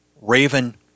Raven